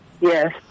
Yes